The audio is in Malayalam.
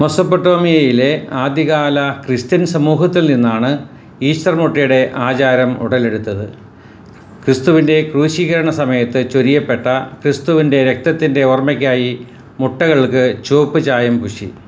മെസൊപ്പൊട്ടേമിയയിലെ ആദ്യകാല ക്രിസ്ത്യൻ സമൂഹത്തിൽ നിന്നാണ് ഈസ്റ്റർ മുട്ടയുടെ ആചാരം ഉടലെടുത്തത് ക്രിസ്തുവിൻ്റെ ക്രൂശീകരണ സമയത്ത് ചൊരിയപ്പെട്ട ക്രിസ്തുവിൻ്റെ രക്തത്തിൻ്റെ ഓർമ്മയ്ക്കായി മുട്ടകൾക്ക് ചുവപ്പ് ചായം പൂശി